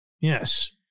Yes